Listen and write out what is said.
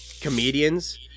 comedians